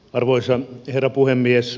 arvoisa herra puhemies